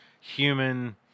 human